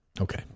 okay